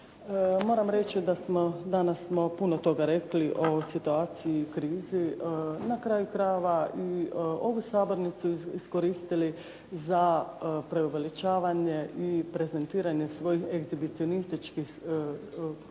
Moram reći da smo, danas smo puno toga rekli o situaciji u krizi. Na kraju krajeva i ovu sabornicu iskoristili za preuveličavanje i prezentiranje svojih egzibicionističkih